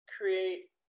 create